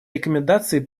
рекомендации